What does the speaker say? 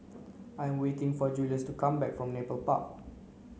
I am waiting for Julius to come back from Nepal Park